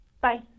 Bye